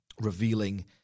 revealing